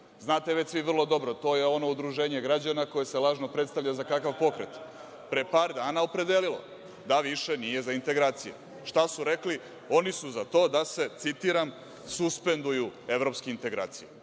znate već svi vrlo dobro, to je ono udruženje građana koje se lažno predstavlja za kakav pokret, pre par dana opredelilo da više nije za integracije. Šta su rekli? Oni su za to da se, citiram - suspenduju evropske integracije. Gde